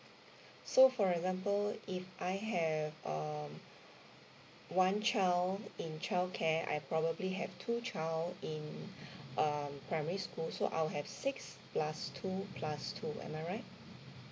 so for example if I have um one child in childcare I probably have two child in um primary school so I'll have six plus two plus two am I right